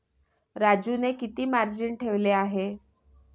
राजूने किती मार्जिन ठेवले आहे?